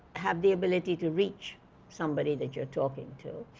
have the ability to reach somebody that you're talking to,